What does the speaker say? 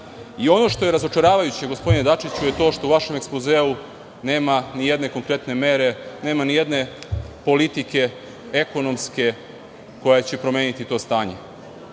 što je razočaravajuće, gospodine Dačiću, je to što u vašem ekspozeu nema ni jedne konkretne mere, nema ni jedne politike ekonomske koja će promeniti to stanje.